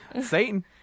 Satan